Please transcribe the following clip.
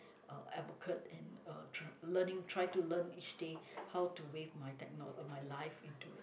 uh advocate and uh tr~ learning try to learn each day how to wave my techno~ my life into it